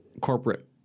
corporate